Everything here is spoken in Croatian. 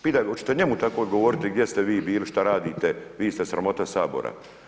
Pitajte, oćete njemu tako odgovoriti gdje ste vi bili, što radite, vi ste sramota Sabora.